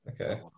okay